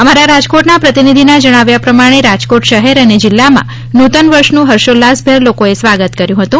અમારા રાજકોટના પ્રતિનિધિના જણાવ્યા પ્રમાણે રાજકોટ શહેર અને જીલ્લામાં નૂતન વર્ષનું હર્ષોલ્લાસભેર લોકોએ સ્વાગત કર્યું હતું